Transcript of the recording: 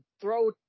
throw